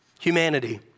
humanity